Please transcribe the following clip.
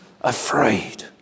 afraid